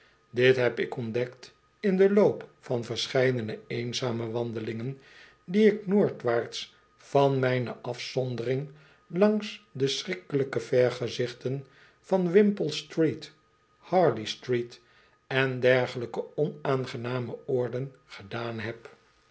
dit heb ik ontdekt in den loop van verscheidene eenzame wandelingen die ik noordwaarts van mijne afzondering langs deschrikkelijke vergezichten vanwimpole street harley street en dergelijke onaangename oorden gedaan heb